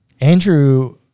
Andrew